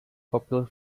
popular